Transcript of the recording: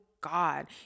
God